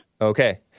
Okay